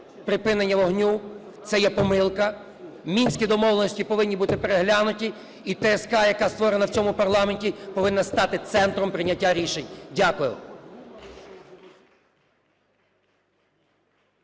припинення вогню - це є помилка. Мінські домовленості повинні бути переглянуті і ТСК, яка створена в цьому парламенті, повинна стати центром прийняття рішень. Дякую.